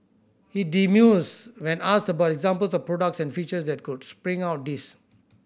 he demurs when asked about examples of products and features that could spring out of this